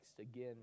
again